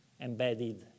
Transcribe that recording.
embedded